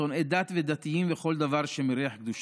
שונאי דת ודתיים וכל דבר שמריח קדושה?